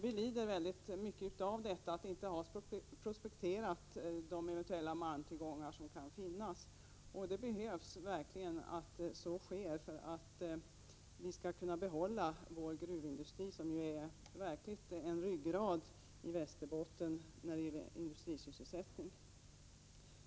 Vi lider mycket av att de eventuella malmtillgångarna inte har prospekterats. Prospektering behövs verkligen för att vi skall kunna behålla vår gruvindustri, som ju är ryggraden för Västerbotten när det gäller industrisysselsättning.